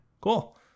Cool